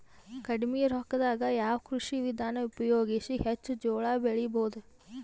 ಕಡಿಮಿ ರೊಕ್ಕದಾಗ ಯಾವ ಕೃಷಿ ವಿಧಾನ ಉಪಯೋಗಿಸಿ ಹೆಚ್ಚ ಜೋಳ ಬೆಳಿ ಬಹುದ?